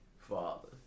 father